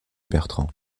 bertrand